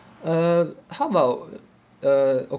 uh how about uh